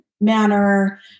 manner